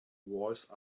voice